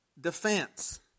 Defense